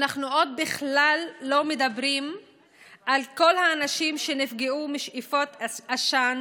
אנחנו עוד בכלל לא מדברים על כל האנשים שנפגעו משאיפת עשן